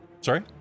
Sorry